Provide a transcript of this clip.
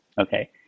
Okay